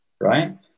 right